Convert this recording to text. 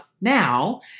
now